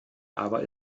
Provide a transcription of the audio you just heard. aber